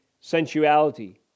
sensuality